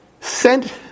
sent